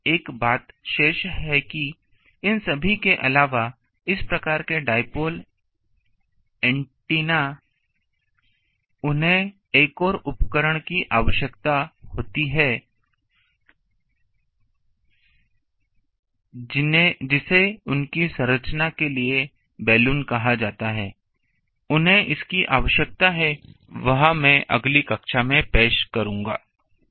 लेकिन एक बात शेष है कि इन सभी के अलावा इस प्रकार के डाइपोल एंटेना वाले एंटीना उन्हें एक और उपकरण की आवश्यकता होती है जिसे उनकी संरचना के लिए बलून कहा जाता है उन्हें इसकी आवश्यकता है वह मैं अगली कक्षा में पेश करूंगा